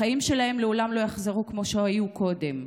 החיים שלהם לעולם לא יחזרו להיות כמו שהיו קודם.